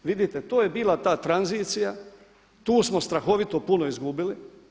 Vidite to je bila ta tranzicija, tu smo strahovito puno izgubili.